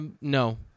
No